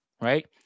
right